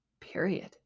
Period